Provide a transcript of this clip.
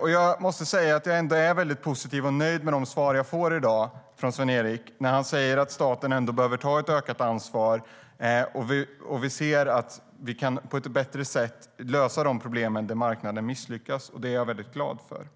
Jag måste säga att jag ändå är positiv och nöjd med de svar jag får i dag från Sven-Erik när han säger att staten behöver ta ett ökat ansvar. Vi ser att vi kan lösa de problem på ett bra sätt där marknaden misslyckats. Det är jag mycket glad för.